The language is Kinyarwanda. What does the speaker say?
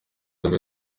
mbere